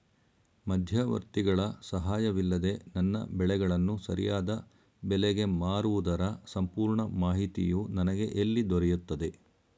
ಮಧ್ಯವರ್ತಿಗಳ ಸಹಾಯವಿಲ್ಲದೆ ನನ್ನ ಬೆಳೆಗಳನ್ನು ಸರಿಯಾದ ಬೆಲೆಗೆ ಮಾರುವುದರ ಸಂಪೂರ್ಣ ಮಾಹಿತಿಯು ನನಗೆ ಎಲ್ಲಿ ದೊರೆಯುತ್ತದೆ?